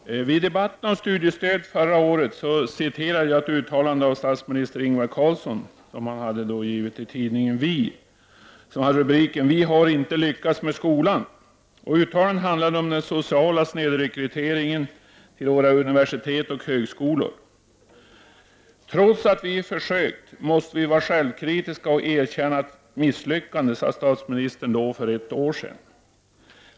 Herr talman! I debatten om studiestöd förra året citerade jag ett uttalande som statsminister Ingvar Carlsson hade gjort i tidningen Vi. Rubriken löd: Vi har inte lyckats med skolan. Uttalandet handlade om den sociala snedrekryteringen till våra universitet och högskolor. Trots att vi försökt, måste vi vara självkritiska och erkänna ett misslyckande, sade statsministern för ett år sedan.